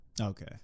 Okay